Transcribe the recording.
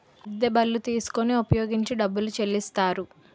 అద్దె బళ్ళు తీసుకొని ఉపయోగించుకొని డబ్బులు చెల్లిస్తారు